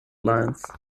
lines